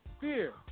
fear